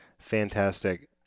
fantastic